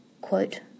quote